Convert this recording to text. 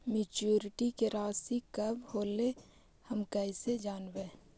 Maturity के रासि कब होलै हम कैसे जानबै?